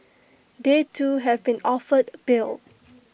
they too have been offered bail